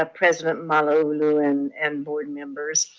ah president malauulu and and board members.